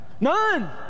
None